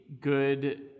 good